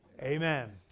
amen